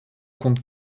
compte